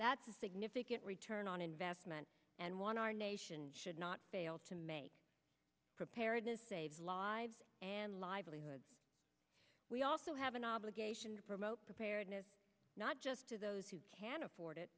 that's a significant return on investment and one our nation should not fail to make preparedness saves lives and livelihoods we also have an obligation to promote preparedness not just to those who can afford it